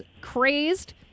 crazed